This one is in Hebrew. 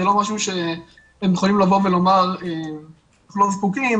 וזה לא משהו שהם יכולים לבוא ולומר כולם זקוקים,